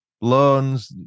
loans